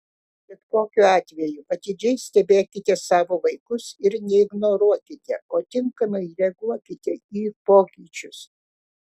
bet kokiu atveju atidžiai stebėkite savo vaikus ir neignoruokite o tinkamai reaguokite į pokyčius